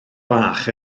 bach